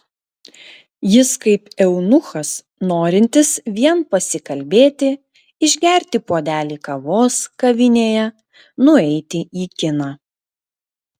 jis kaip eunuchas norintis vien pasikalbėti išgerti puodelį kavos kavinėje nueiti į kiną